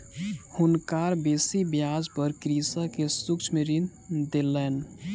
साहूकार बेसी ब्याज पर कृषक के सूक्ष्म ऋण देलैन